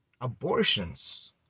abortions